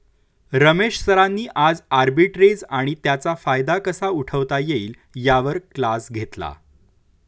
रमेश सरांनी आज आर्बिट्रेज आणि त्याचा फायदा कसा उठवता येईल यावर क्लास घेतला